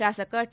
ಶಾಸಕ ಟ